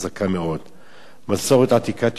מסורת עתיקת יומין גורסת